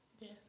Yes